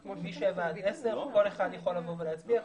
מ-7:00 עד 10:00, כל אחד יכול לבוא ולהצביע.